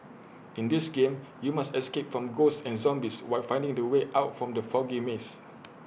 in this game you must escape from ghosts and zombies while finding the way out from the foggy maze